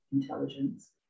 intelligence